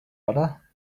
other